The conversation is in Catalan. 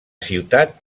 ciutat